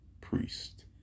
priest